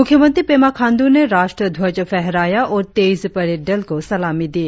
मुख्यमंत्री पेमा खाण्डू ने राष्ट्रध्वज फहराया और तेईस परेड दल को सलामी दी